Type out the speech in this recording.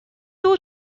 two